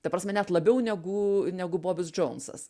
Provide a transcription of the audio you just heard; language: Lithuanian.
ta prasme net labiau negu negu bobis džounsas